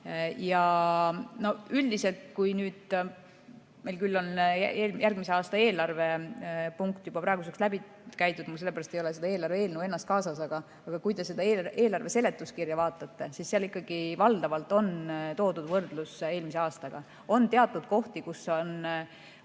Üldiselt on meil järgmise aasta eelarve punkt juba praeguseks läbi käidud, sellepärast ei ole mul eelarve eelnõu kaasas, aga kui te eelarve seletuskirja vaatate, siis näete seal ikkagi, et valdavalt on toodud võrdlus eelmise aastaga. On teatud kohti, kus on